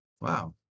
Wow